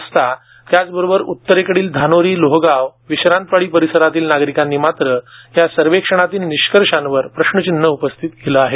रस्ता त्याचबरोबर उत्तरेकडील धानोरी लोहगाव आणि विश्रांतवाडी परिसरातील नागरिकांनी मात्र या सर्वेक्षणातील निष्कर्षावर प्रश्नचिन्ह उपस्थित केलं आहे